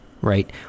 Right